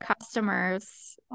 customers